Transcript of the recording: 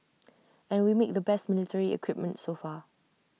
and we make the best military equipment so far